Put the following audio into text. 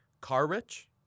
car-rich